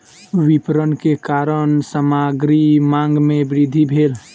विपरण के कारण सामग्री मांग में वृद्धि भेल